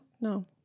no